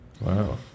Wow